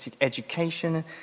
education